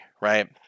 right